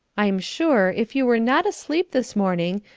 i'm sure, if you were not asleep this morning,